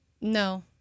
No